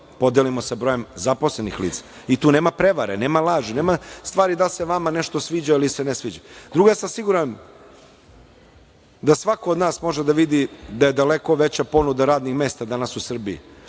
podelimo sa brojem zaposlenih lica. I tu nema prevare, nema laži, nema stvari da li se vama nešto sviđa ili se ne sviđa. Drugo, ja sam siguran da svako od nas može da vidi da je daleko veća ponuda radnih mesta danas u Srbiji